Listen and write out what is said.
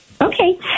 Okay